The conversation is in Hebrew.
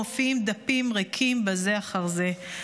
מופיעים דפים ריקים בזה אחר זה.